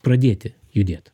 pradėti judėt